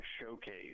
showcase